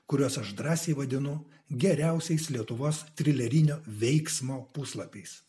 kuriuos aš drąsiai vadinu geriausiais lietuvos trilerinio veiksmo puslapiais